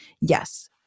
yes